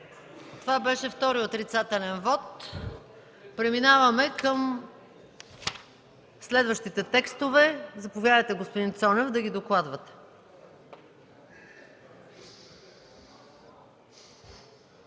Това беше втори отрицателен вот. Преминаваме към следващите текстове. Заповядайте, господин Цонев, да ги докладвате.